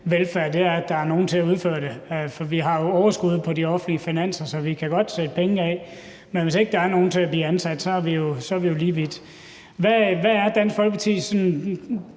velfærd bliver, om der er nogle til at udføre den. Vi har jo overskud på de offentlige finanser, så vi kan godt sætte penge af, men hvis ikke der er nogen til at blive ansat, er vi jo lige vidt. Hvad er Dansk Folkepartis